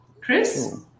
chris